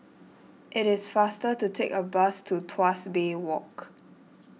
it is faster to take a bus to Tuas Bay Walk